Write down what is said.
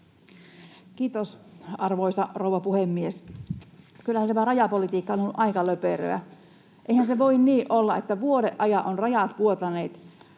Kiitos, arvoisa rouva puhemies! Kyllähän tämä rajapolitiikka on ollut aika löperöä. Eihän se voi niin olla, että vuoden ajan ovat rajat vuotaneet,